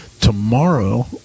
Tomorrow